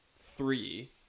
three